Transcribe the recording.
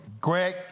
Greg